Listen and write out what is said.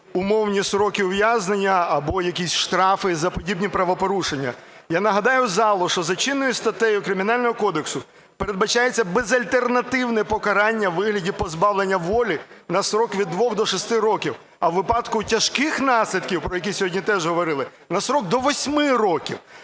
умовні строки ув'язнення або якісь штрафи за подібні правопорушення. Я нагадаю залу, що за чинною статтею Кримінального кодексу передбачається безальтернативне покарання у вигляді позбавлення волі на строк від 2 до 6 років, а у випадку тяжких наслідків, про які сьогодні теж говорили, – на строк до 8 років.